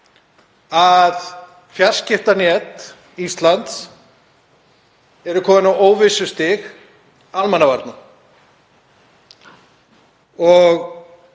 að fjarskiptanet Íslands eru komin á óvissustig almannavarna. Ég